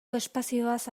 espazioaz